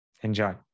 Enjoy